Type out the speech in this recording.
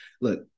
Look